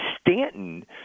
Stanton